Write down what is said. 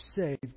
save